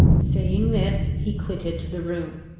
saying this he quitted the room.